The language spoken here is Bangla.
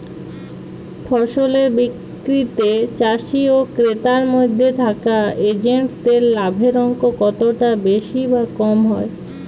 ফসলের বিক্রিতে চাষী ও ক্রেতার মধ্যে থাকা এজেন্টদের লাভের অঙ্ক কতটা বেশি বা কম হয়?